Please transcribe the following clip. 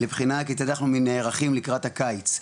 לבחינה כיצד אנחנו נערכים לקראת הקיץ,